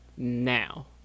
now